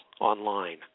online